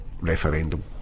referendum